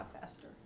faster